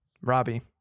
robbie